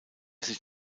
sich